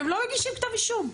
אתם לא מגישים כתב אישום,